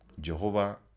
Jehovah